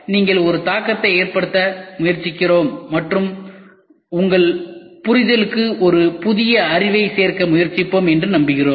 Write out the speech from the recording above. நாங்கள் ஒரு தாக்கத்தை ஏற்படுத்த முயற்சிக்கிறோம் மற்றும் உங்கள் புரிதலுக்கு ஒரு புதிய அறிவை சேர்க்க முயற்சிப்போம் என்று நம்புகிறோம்